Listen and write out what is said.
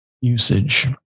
usage